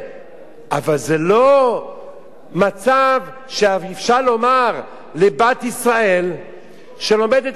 אבל זה לא מצב שאפשר לומר לבת ישראל שלומדת ארבע שנים,